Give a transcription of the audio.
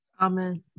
Amen